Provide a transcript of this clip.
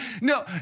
No